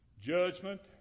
Judgment